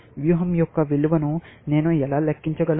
వ్యూహం యొక్క విలువను నేను ఎలా లెక్కించగలను